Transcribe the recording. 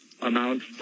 amount